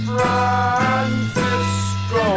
Francisco